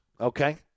okay